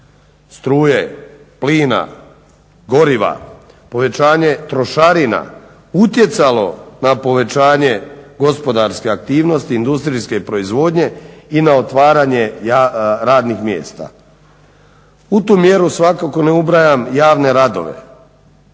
struje, plina, goriva, povećanje trošarina utjecalo na povećanje gospodarske aktivnost, industrijske proizvodnje i na otvaranje radnih mjesta. U tu mjeru svakako ne ubrajam javne radove,